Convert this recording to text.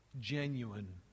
genuine